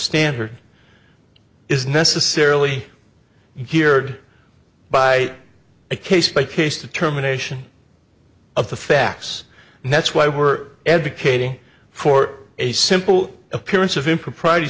standard is necessarily here by a case by case determination of the facts and that's why we're advocating for a simple appearance of impropriety